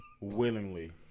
willingly